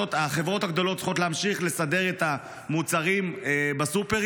החברות הגדולות צריכות להמשיך לסדר את המוצרים בסופרים,